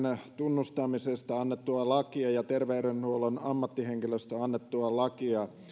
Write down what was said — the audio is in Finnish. tunnustamisesta annettua lakia ja terveydenhuollon ammattihenkilöistä annettua lakia